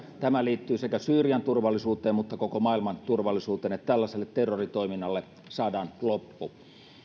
tämä liittyy sekä syyrian turvallisuuteen että koko maailman turvallisuuteen että tällaiselle terroritoiminnalle saadaan loppu